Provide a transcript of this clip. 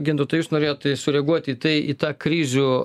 gintautai jūs norėjot sureaguoti į tai į tą krizių